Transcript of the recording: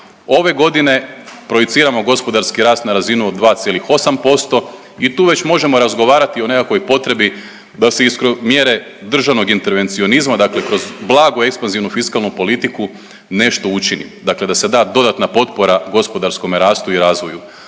Ove godine projiciramo gospodarski rast na razinu od 2,8% i tu već možemo razgovarati o nekakvoj potrebi da se …/Govornik se ne razumije./…mjere državnog intervencionizma, dakle kroz blagu ekspanzivnu fiskalnu politiku nešto učini, dakle da se da dodatna potpora gospodarskome rastu i razvoju,